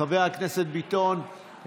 חבר הכנסת ביטון,